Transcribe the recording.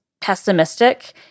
pessimistic